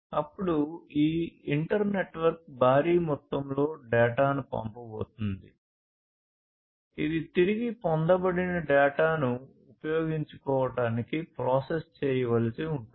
అప్పుడు ఈ inter network భారీ మొత్తంలో డేటాను పంపబోతోంది ఇది తిరిగి పొందబడిన డేటాను ఉపయోగించుకోవటానికి ప్రాసెస్ చేయవలసి ఉంటుంది